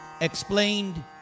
explained